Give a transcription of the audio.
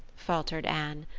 faltered anne.